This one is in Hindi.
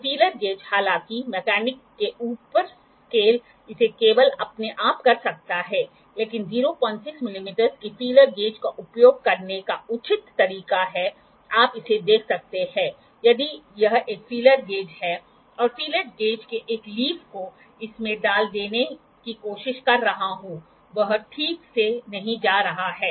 तो फीलर गेज हालाँकि मैकेनिक के ऊपर स्केल इसे केवल अपने आप कर सकता है लेकिन 06 मिमी के फीलर गेज का उपयोग करने का उचित तरीका है आप इसे देख सकते हैं यदि यह एक फीलर गेज है और फीलर गेज के एक लीफ को इसमें डाल देना की कोशिश कर रहा हूं वह ठीक से नहीं जा रहा है